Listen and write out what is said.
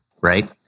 right